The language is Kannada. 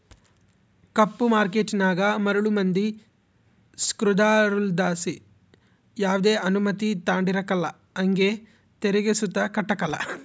ಕಪ್ಪು ಮಾರ್ಕೇಟನಾಗ ಮರುಳು ಮಂದಿ ಸೃಕಾರುದ್ಲಾಸಿ ಯಾವ್ದೆ ಅನುಮತಿ ತಾಂಡಿರಕಲ್ಲ ಹಂಗೆ ತೆರಿಗೆ ಸುತ ಕಟ್ಟಕಲ್ಲ